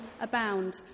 abound